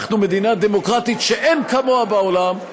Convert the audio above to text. אנחנו מדינה דמוקרטית שאין כמוה בעולם.